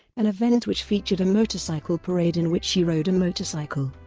an event which featured a motorcycle parade in which she rode a motorcycle.